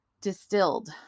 distilled